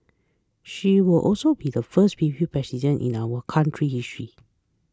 she will also be the first female President in our country's history